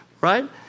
Right